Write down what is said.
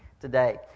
today